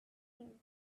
you